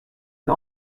and